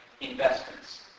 investments